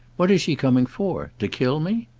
what is she coming for to kill me?